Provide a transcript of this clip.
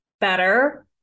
better